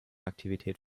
aktivität